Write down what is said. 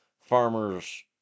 farmer's